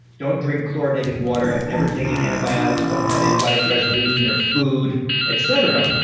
don't drink chlorinated water, have never taken antibiotics, don't have antibiotic residues in their food etc.